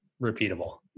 repeatable